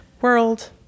world